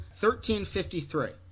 1353